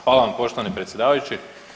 Hvala vam poštovani predsjedavajući.